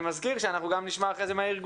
אני מזכיר שאנחנו נשמח לשמוע אחרי זה גם מהארגונים